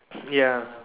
ya